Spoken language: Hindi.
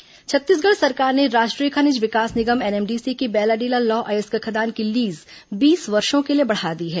एनएमडीसी लीज छत्तीसगढ़ सरकार ने राष्ट्रीय खनिज विकास निगम एनएमडीसी की बैलाडीला लौह अयस्क खदान की लीज बीस वर्षो के लिए बढ़ा दी है